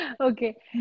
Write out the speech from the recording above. Okay